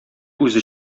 үзе